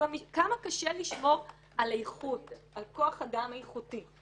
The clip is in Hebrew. כמה קשה לשמור על איכות, על כוח אדם איכותי.